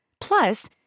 Plus